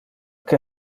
que